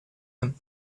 him